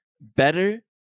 Better